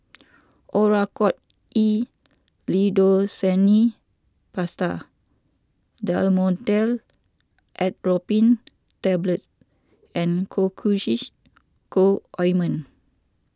Oracort E Lidocaine Paste Dhamotil Atropine Tablets and Cocois Co Ointment